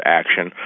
action